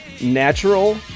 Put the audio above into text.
natural